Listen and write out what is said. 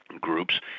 groups